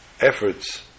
efforts